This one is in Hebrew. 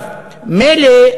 מילא,